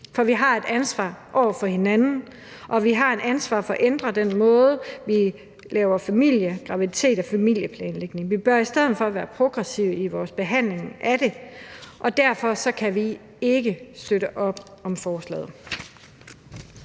for vi har et ansvar over for hinanden, og vi har et ansvar for at ændre den måde, vi laver familie- og graviditetsplanlægning på. Vi bør i stedet for være progressive i vores behandling af det, og derfor kan vi ikke støtte op om forslaget.